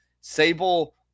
Sable